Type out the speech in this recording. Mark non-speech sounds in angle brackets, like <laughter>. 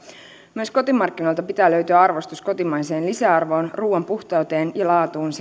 myös kotimarkkinoilta pitää löytyä arvostus kotimaiseen lisäarvoon ja ruuan puhtauteen ja laatuun <unintelligible>